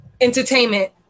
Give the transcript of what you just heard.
entertainment